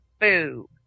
boo